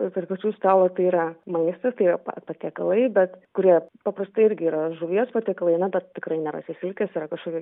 ir prie kūčių stalo tai yra maistas tai yra pa patiekalai bet kurie paprastai irgi yra žuvies patiekalai na bet tikrai nerasi silkės yra kažkokie